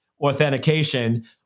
authentication